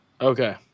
Okay